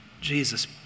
Jesus